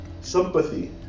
sympathy